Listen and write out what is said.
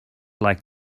like